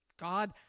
God